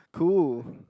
cool